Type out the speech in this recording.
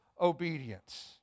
obedience